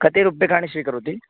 कति रूप्यकाणि स्वीकरोति